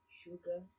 sugar